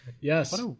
yes